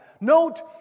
Note